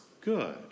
good